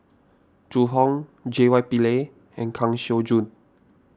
Zhu Hong J Y Pillay and Kang Siong Joo